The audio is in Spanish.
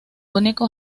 único